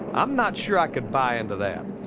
i'm not sure i could buy into that.